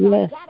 Yes